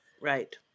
Right